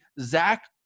Zach